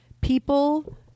people